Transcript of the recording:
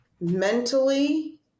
mentally